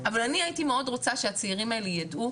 אבל אני הייתי מאוד רוצה שהצעירים האלה ידעו,